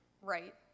right